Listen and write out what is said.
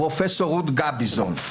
פרופ' רות גביזון: